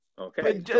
Okay